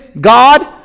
God